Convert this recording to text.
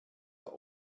der